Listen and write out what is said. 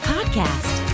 Podcast